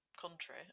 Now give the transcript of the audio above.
country